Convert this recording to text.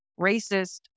racist